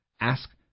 ask